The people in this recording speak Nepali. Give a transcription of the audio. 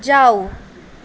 जाऊ